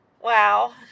Wow